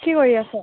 কি কৰি আছ